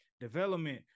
Development